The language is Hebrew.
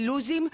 ללו"זים,